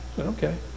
okay